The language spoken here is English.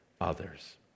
others